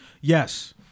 Yes